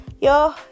yo